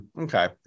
okay